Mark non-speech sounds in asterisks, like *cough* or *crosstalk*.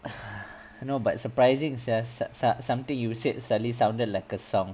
*noise* I know but surprising sia so~ so~ something you said suddenly sounded like a song